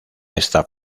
esta